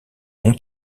non